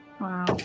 Wow